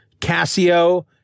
Casio